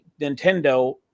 Nintendo